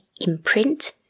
imprint